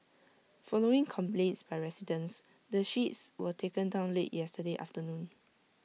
following complaints by residents the sheets were taken down late yesterday afternoon